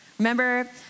Remember